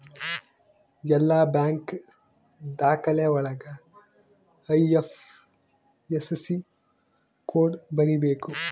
ಎಲ್ಲ ಬ್ಯಾಂಕ್ ದಾಖಲೆ ಒಳಗ ಐ.ಐಫ್.ಎಸ್.ಸಿ ಕೋಡ್ ಬರೀಬೇಕು